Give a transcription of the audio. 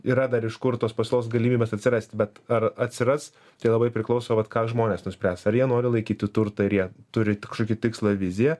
yra dar iš kur tos pasiūlos galimybės atsirasti bet ar atsiras tai labai priklauso vat ką žmonės nuspręs ar jie nori laikyti turtą ir jie turi kažkokį tikslą viziją